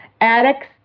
Addicts